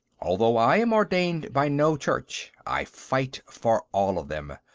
although i am ordained by no church, i fight for all of them.